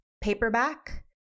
paperback